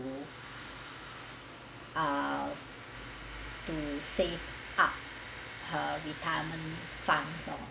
~o ah to save up her retirement fund